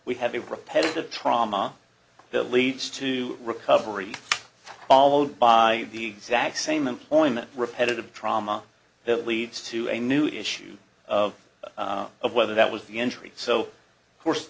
we have a repetitive trauma believes to recovery followed by the exact same employment repetitive trauma that leads to a new issue of of whether that was the injury so of course